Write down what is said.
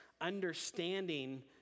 understanding